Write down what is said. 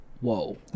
Whoa